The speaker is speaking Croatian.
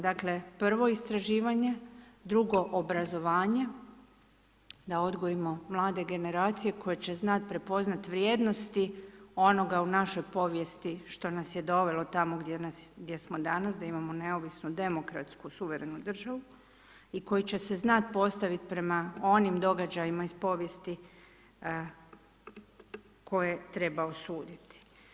Dakle, prvo istraživanje, drugo obrazovanje, da odgojimo mlade generacije koje će znati prepoznati vrijednosti onoga u našoj povijesti što nas je dovelo, tamo gdje smo danas, da imamo neovisnu demokratsku suverenu državu i koji će se znati postaviti prema onim događajima iz povijesti koje treba osuditi.